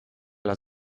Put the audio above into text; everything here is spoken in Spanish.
las